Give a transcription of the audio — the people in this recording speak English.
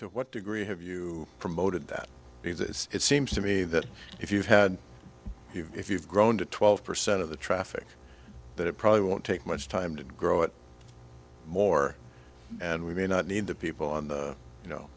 to what degree have you promoted that because it seems to me that if you had you if you've grown to twelve percent of the traffic but it probably won't take much time to grow it more and we may not need the people on you know